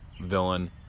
villain